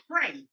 pray